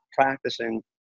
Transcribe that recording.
practicing